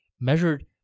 measured